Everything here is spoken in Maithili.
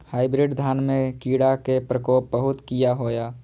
हाईब्रीड धान में कीरा के प्रकोप बहुत किया होया?